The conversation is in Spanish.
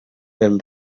del